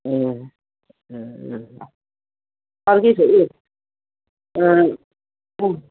अँ अँ अरू के छ